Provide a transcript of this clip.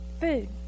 food